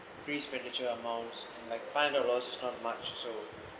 free expenditure amounts like five hundred dollars is not much so